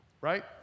Right